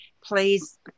please